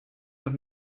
los